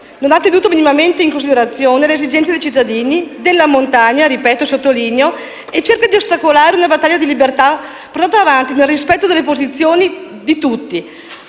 non ha tenuto minimamente in considerazione le esigenze dei cittadini, della montagna, e cerca di ostacolare una battaglia di libertà, portata avanti nel rispetto delle posizioni di tutti,